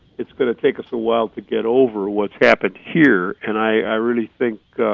it's going to take us a while to get over what's happened here, and i really think.